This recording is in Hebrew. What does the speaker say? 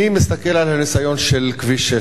אני מסתכל על הניסיון של כביש 6,